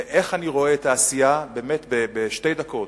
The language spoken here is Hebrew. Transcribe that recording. ואיך אני רואה את העשייה, באמת, בשתי דקות: